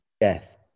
death